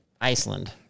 Iceland